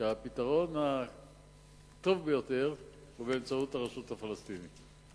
שהפתרון הטוב ביותר הוא באמצעות הרשות הפלסטינית.